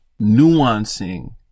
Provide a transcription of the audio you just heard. nuancing